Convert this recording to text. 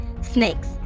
Snakes